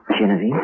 Genevieve